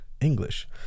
English